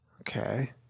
Okay